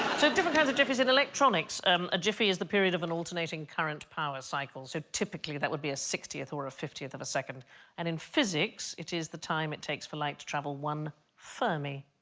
so different kinds of jiffies. in electronics um a jiffy is the period of an alternating current power cycle so typically that would be a sixtieth or a fiftieth of a second and in physics it is the time it takes for light to travel one fermi,